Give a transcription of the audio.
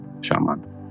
shaman